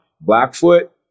Blackfoot